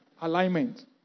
Alignment